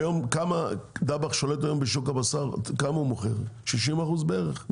היום כמה דבאח שולט היום בשוק הבשר כמה הוא מוכר 60% בערך?